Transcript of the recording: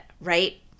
right